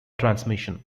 transmission